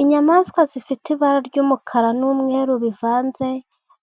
Inyamaswa zifite ibara ry'umukara n'umweru bivanze